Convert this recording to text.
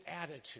attitude